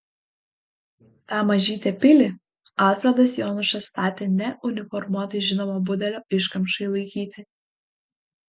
tą mažytę pilį alfredas jonušas statė ne uniformuotai žinomo budelio iškamšai laikyti